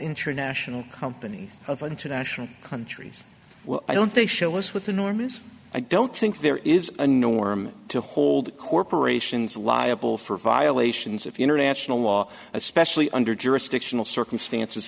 international company of international countries i don't think show us with enormous i don't think there is a norm to hold corporations liable for violations of international law especially under jurisdictional circumstances